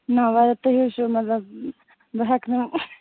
نا واریاہ تُہی چھُ مطلب بہٕ ہیٚکہٕ نہٕ